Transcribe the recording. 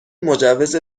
مجوز